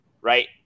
right